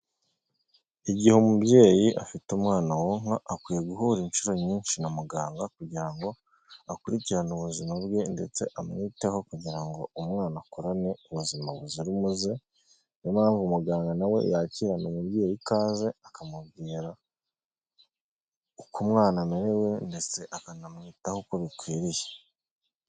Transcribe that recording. Igihe umubyeyi afite umwana wonka, akwiye guhura inshuro nyinshi na muganga, kugira ngo akurikirane ubuzima bwe ndetse amwiteho kugira ngo umwana akurane ubuzima buzira umuze. N'iyo mpamvu muganga nawe yakirana umubyeyi ikaze, akamubwira uko umwana amerewe ndetse akanamwitaho uko bikwiriye.